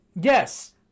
yes